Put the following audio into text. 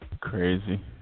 Crazy